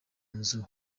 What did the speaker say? nzu